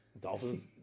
Dolphins